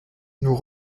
nous